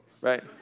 right